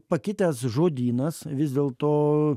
pakitęs žodynas vis dėlto